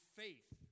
faith